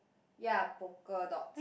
ya polka dots